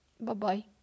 Bye-bye